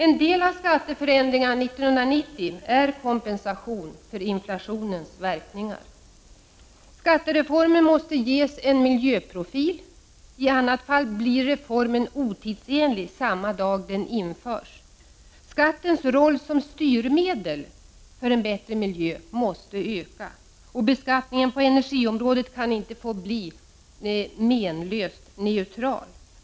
En del av skatteförändringarna under 1990 är kompensation för inflationens verkningar. Skattereformen måste ges en miljöprofil. I annat fall blir reformen otidsenlig samma dag den införs. Skattens roll som styrmedel för en bättre miljö måste öka. Beskattningen på energiområdet kan inte få bli menlöst neutral.